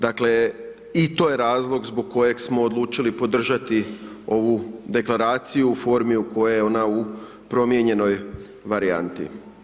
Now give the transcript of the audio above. Dakle, i to je razlog zbog kojeg smo odlučili podržati ovu Deklaraciju u formi u kojoj je ona u promijenjenoj varijanti.